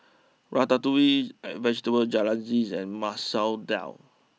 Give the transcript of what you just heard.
Ratatouille Vegetable Jalfrezi and Masoor Dal